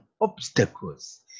obstacles